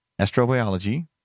astrobiology